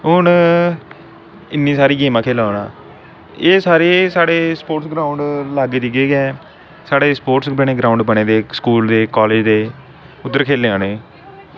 हून इन्नी सारी गेमां खेला करनां एह् सारे साढ़े स्पोर्टस ग्राउंड लागे देगे गै साढ़े स्पोर्टस बने ग्राउंड बने दे स्कूल दे कालेज़ दे उद्धर खेलने आह्ले